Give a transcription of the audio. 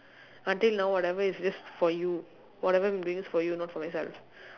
until now whatever is just for you whatever I'm doing is for you not for myself